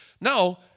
No